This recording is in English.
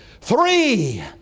three